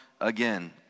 again